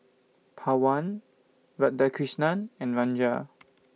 Pawan Radhakrishnan and Ranga